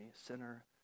sinner